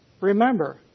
Remember